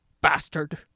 Bastard